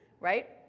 right